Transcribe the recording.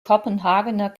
kopenhagener